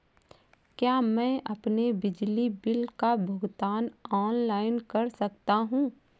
क्या मैं अपने बिजली बिल का भुगतान ऑनलाइन कर सकता हूँ?